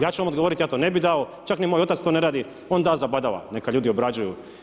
Ja ću vam odgovoriti, ja to ne bi dao, čak ni moj otac to ne radi, on da zabadava, neka ljudi obrađuju.